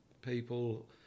people